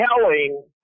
telling